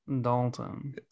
Dalton